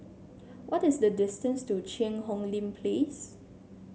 what is the distance to Cheang Hong Lim Place